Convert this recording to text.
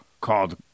called